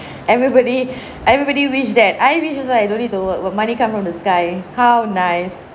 everybody everybody wish that I wish also I don't need to work got money come from the sky how nice